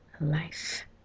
life